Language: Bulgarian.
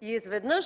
И изведнъж